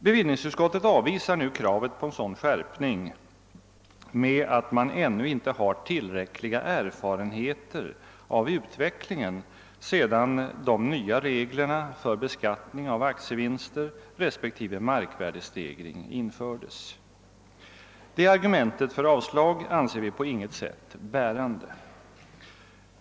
Bevillningsutskottet avvisar nu kravet på en sådan skärpning med att man ännu inte har tillräckliga erfarenheter av utvecklingen sedan de nya reglerna för beskattning av aktievinster respek tive markvärdestegring infördes. Det argumentet för avslag anser vi på intet sätt bärande.